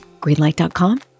Greenlight.com